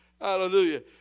Hallelujah